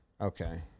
Okay